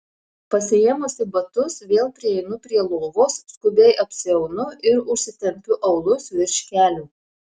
pasiėmusi batus vėl prieinu prie lovos skubiai apsiaunu ir užsitempiu aulus virš kelių